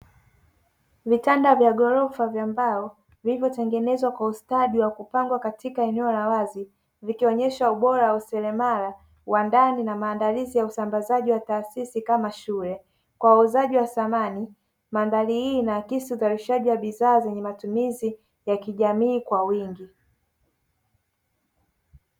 Vitanda vya ghorofa vya mbao vilivyotengenezwa kwa ustadi wa kupangwa katika eneo la wazi vikionyesha ubora wa useremala wa ndani na maandalizi ya usambazi wa taasisi kama shule kwa uuzaji wa samani mandhari hii inaakisi uzalishaji wa bidhaa zenye matumizi ya kijamii kwa wingi.